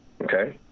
Okay